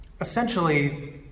essentially